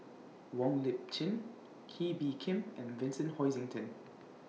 Wong Lip Chin Kee Bee Khim and Vincent Hoisington